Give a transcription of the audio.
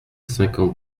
cinquante